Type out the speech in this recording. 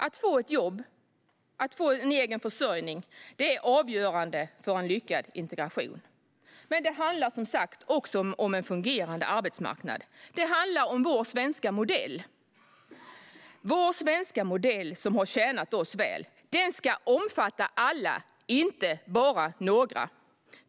Att få ett jobb, en egen försörjning, är avgörande för en lyckad integration. Men det handlar som sagt också om en fungerande arbetsmarknad. Det handlar om vår svenska modell. Vår svenska modell, som har tjänat oss väl, ska omfatta alla, inte bara några.